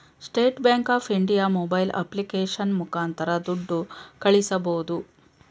state bank of India mobile application ಮುಖಾಂತರ ದುಡ್ಡು ಕಳಿಸಬೋದು